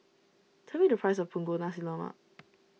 tell me the price of Punggol Nasi Lemak